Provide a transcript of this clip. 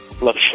Love